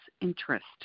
interest